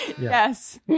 yes